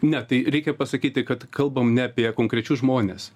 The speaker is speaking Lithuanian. ne tai reikia pasakyti kad kalbam ne apie konkrečius žmones